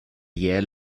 year